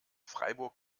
freiburg